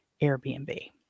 Airbnb